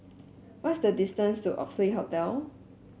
what is the distance to Oxley Hotel